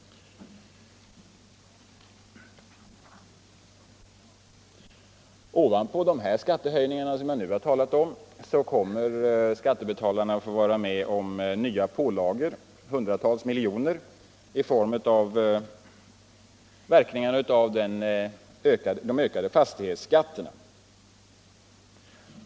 Ovanpå de skattehöjningar som jag nu talat om kommer skattebetalarna att få känna av nya pålagor på hundratals miljoner genom de ökade fastighetsskatterna.